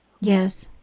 Yes